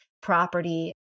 property